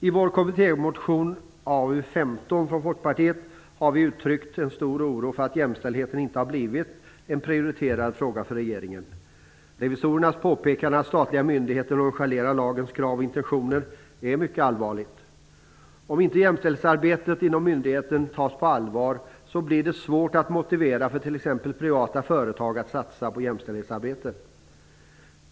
I Folkpartiets kommittémotion A15 har vi uttryckt en stor oro för att jämställdheten inte har blivit en prioriterad fråga för regeringen. Revisorernas påpekande att statliga myndigheter nonchalerar lagens krav och intentioner är mycket allvarligt. Om inte jämställdhetsarbetet inom myndigheterna tas på allvar blir det svårt att motivera t.ex. privata företag att satsa på jämställdhetsarbete.